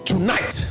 Tonight